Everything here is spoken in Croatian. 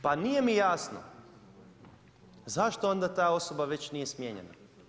Pa nije mi jasno zašto onda ta osoba već nije smijenjena.